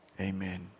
Amen